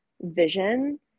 vision